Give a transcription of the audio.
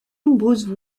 nombreuses